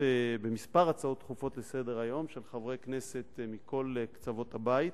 בעקבות כמה הצעות דחופות לסדר-היום של חברי כנסת מכל קצוות הבית,